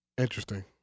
Interesting